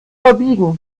verbiegen